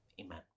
Amen